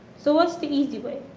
so what's the easy way?